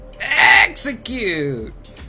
Execute